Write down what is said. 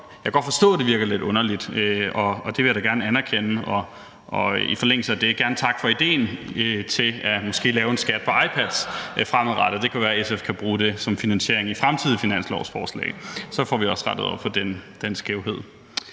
jeg kan godt forstå, at det virker lidt underligt – det vil jeg da gerne anerkende. I forlængelse af det vil jeg gerne takke for idéen til måske at lave en skat på iPads fremadrettet. Det kan være, at SF kan bruge det som finansiering i fremtidige finanslovsforslag. Så får vi også rettet op på den skævhed.